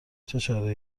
چاره